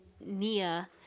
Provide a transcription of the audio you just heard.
Nia